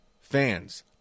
fans